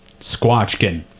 squatchkin